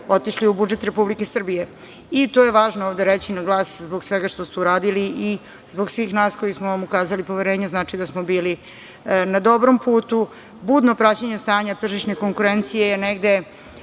otišli u budžet Republike Srbije. To je važno ovde reći na glas zbog svega što ste uradili i zbog svih nas koji smo vam ukazali poverenje. To znači da smo bili na dobrom putu. Budno praćenje stanja tržišne konkurencije je negde